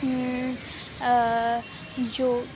جو